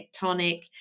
Tectonic